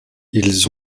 ils